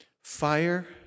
Fire